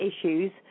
issues